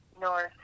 north